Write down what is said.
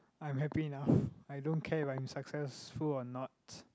I'm happy enough I don't care if I'm successful or not